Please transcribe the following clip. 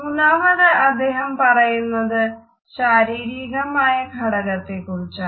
മൂന്നാമത് അദ്ദേഹം പറയുന്നത് ശാരീരികമായ ഘടകത്തെക്കുറിച്ചാണ്